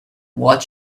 what